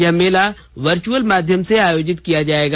यह मेला वर्चअल माध्यम से आयोजित किया जाएगा